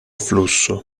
flusso